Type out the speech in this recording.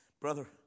brother